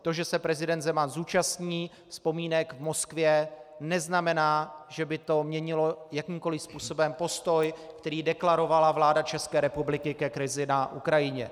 To, že se prezident Zeman zúčastní vzpomínek v Moskvě, neznamená, že by to měnilo jakýmkoliv způsobem postoj, který deklarovala vláda České republiky ke krizi na Ukrajině.